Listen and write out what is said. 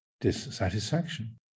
dissatisfaction